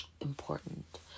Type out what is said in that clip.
important